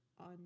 on